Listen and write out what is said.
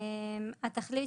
תכלית